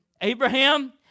Abraham